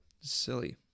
Silly